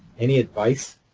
any advice?